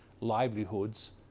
livelihoods